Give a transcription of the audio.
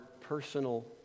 personal